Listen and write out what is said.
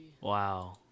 Wow